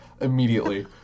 immediately